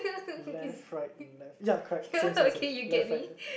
left right left ya correct same same same left right